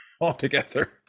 altogether